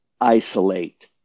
isolate